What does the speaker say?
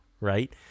right